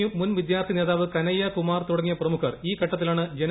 U മുൻ വിദ്യാർത്ഥി നേതാവ് കനയ്യ കുമാർ തുടങ്ങിയ പ്രമുഖർ ഈ ഘട്ടത്തിലാണ് ജനവിധി തേടുന്നത്